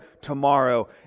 tomorrow